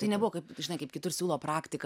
tai nebuvo kaip žinai kaip kitur siūlo praktikas